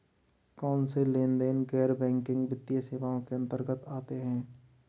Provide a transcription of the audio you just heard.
कौनसे लेनदेन गैर बैंकिंग वित्तीय सेवाओं के अंतर्गत आते हैं?